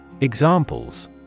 Examples